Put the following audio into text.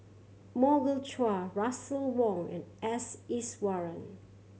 Morgan Chua Russel Wong and S Iswaran